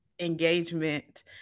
engagement